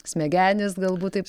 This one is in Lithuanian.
smegenis galbūt taip